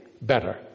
better